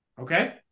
Okay